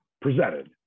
presented